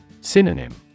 Synonym